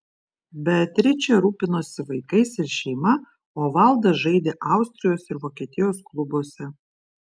beatričė rūpinosi vaikais ir šeima o valdas žaidė austrijos ir vokietijos klubuose